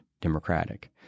democratic